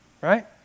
right